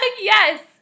yes